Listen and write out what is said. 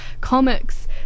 comics